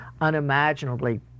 unimaginably